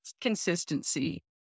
consistency